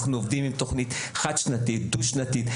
עם תכנית חד-שנתית ודו-שנתית.